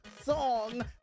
song